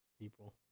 people